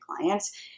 clients